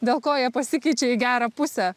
dėl ko jie pasikeičia į gerą pusę